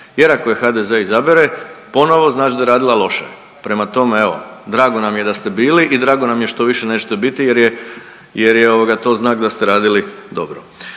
jer ako je HDZ izabere ponovo znači da je radila loše. Prema tome, evo drago nam je da ste bili i drago nam je što više nećete biti jer je to znak da ste radili dobro.